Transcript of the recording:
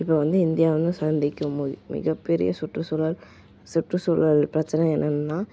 இப்போ வந்து இந்தியா வந்து சந்திக்கும் மிக பெரிய சுற்றுச்சூழல் சுற்றுச்சூழல் பிரச்சனை என்னென்னா